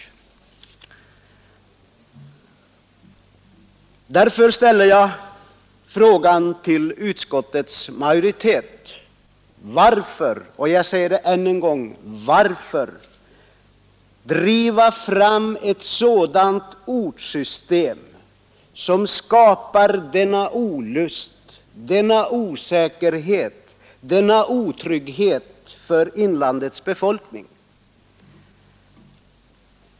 Därför ställer jag frågan till utskottets majoritet: Varför — och jag säger det än en gång — varför driva fram ett sådant ortssystem som skapar denna olust, denna osäkerhet, denna otrygghet för inlandets befolkning?